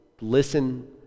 listen